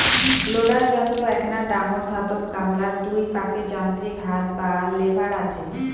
loader যন্ত্রর এ্যাকনা ডাঙর ধাতব গামলার দুই পাকে যান্ত্রিক হাত বা লেভার আচে